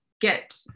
get